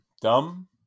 dumb